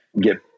get